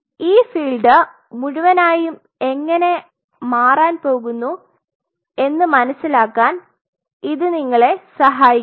ഈ ഫീൽഡ് മുഴുവനായും എങ്ങനെ മാറാൻപോകുന്നു എന്ന് മനസിലാക്കാൻ ഇത് നിങ്ങളെ സഹായിക്കും